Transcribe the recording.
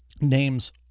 names